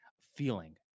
feeling